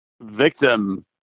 victim